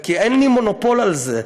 כי אין לי מונופול על זה.